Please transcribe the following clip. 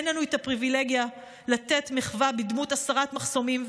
אין לנו הפריבילגיה לתת מחווה בדמות הסרת מחסומים,